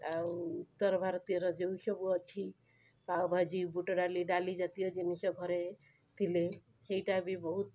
ଆଉ ଉତ୍ତର ଭାରତୀୟର ଯେଉଁସବୁ ଅଛି ପାଓଭାଜି ବୁଟଡାଲି ଡାଲି ଜାତୀୟ ଜିନିଷ ଘରେ ଥିଲେ ସେଇଟା ବି ବହୁତ